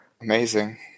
Amazing